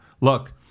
Look